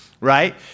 right